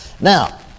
Now